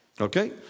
Okay